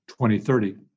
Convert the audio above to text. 2030